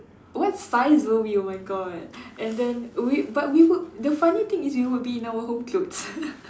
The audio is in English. watch spies movie oh my god and then we but we would the funny thing is we would be in our home clothes